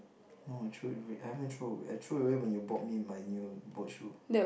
no I threw it away I haven't throw I throw away when you bought me my new boat shoe